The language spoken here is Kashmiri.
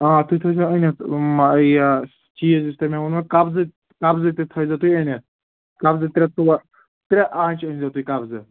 آ تُہۍ تھٲوِزیٚو أنِتھ یِم یہِ چیٖز یُس تۄہہِ مےٚ ووٚنمو قبضہٕ قبضہٕ تہِ تھٲوِزیٚو تُہۍ أنِتھ قبضہٕ ترٛےٚ ژور ترٛےٚ آنٛچہِ أنۍزیٚو تُہۍ قبضہٕ